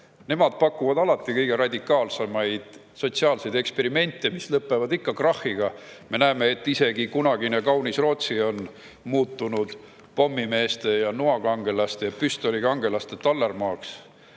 Nemad pakuvad alati kõige radikaalsemaid sotsiaalseid eksperimente, mis lõpevad ikka krahhiga. Me näeme, et isegi kunagine kaunis Rootsi on muutunud pommimeeste, noakangelaste ja püstolikangelaste tallermaaks.